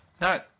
No